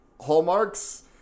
hallmarks